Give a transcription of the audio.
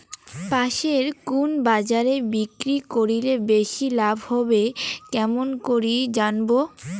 পাশের কুন বাজারে বিক্রি করিলে বেশি লাভ হবে কেমন করি জানবো?